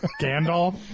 Gandalf